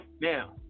Now